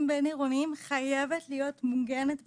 בין-עירוניים חייבת להיות מוגנת בחקיקה,